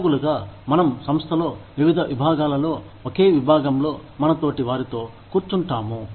ఉద్యోగులుగా మనం సంస్థలో వివిధ విభాగాలలో ఒకే విభాగంలో మన తోటి వారితో కూర్చుంటాము